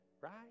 right